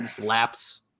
laps